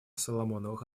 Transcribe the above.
соломоновых